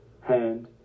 hand